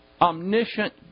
omniscient